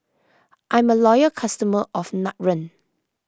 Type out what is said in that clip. I'm a loyal customer of Nutren